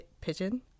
pigeon